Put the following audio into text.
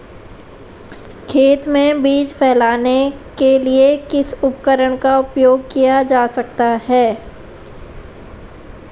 खेत में बीज फैलाने के लिए किस उपकरण का उपयोग किया जा सकता है?